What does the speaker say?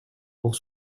pour